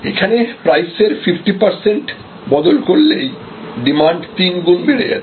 এখানে প্রাইসের 50 পারসেন্ট বদল করলেই ডিমান্ড তিনগুণ বেড়ে যাচ্ছে